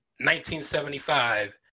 1975